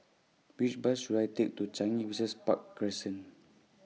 Which Bus should I Take to Changi Business Park Crescent